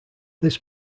this